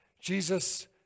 Jesus